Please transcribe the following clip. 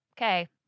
Okay